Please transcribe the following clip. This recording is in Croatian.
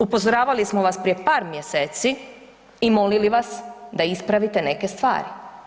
Upozoravali smo vas prije par mjeseci i molili vas da ispravite neke stvari.